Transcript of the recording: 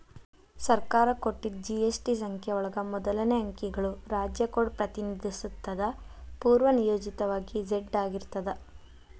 ಸರ್ಕಾರ ಕೊಟ್ಟಿದ್ ಜಿ.ಎಸ್.ಟಿ ಸಂಖ್ಯೆ ಒಳಗ ಮೊದಲನೇ ಅಂಕಿಗಳು ರಾಜ್ಯ ಕೋಡ್ ಪ್ರತಿನಿಧಿಸುತ್ತದ ಪೂರ್ವನಿಯೋಜಿತವಾಗಿ ಝೆಡ್ ಆಗಿರ್ತದ